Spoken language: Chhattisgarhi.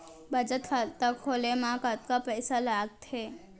बचत खाता खोले मा कतका पइसा लागथे?